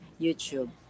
YouTube